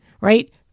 right